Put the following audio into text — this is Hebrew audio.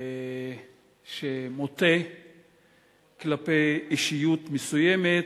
מוטה כלפי אישיות מסוימת,